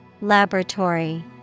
Laboratory